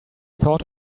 thought